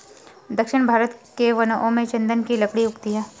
दक्षिण भारत के वनों में चन्दन की लकड़ी उगती है